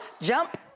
jump